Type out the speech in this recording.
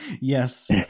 Yes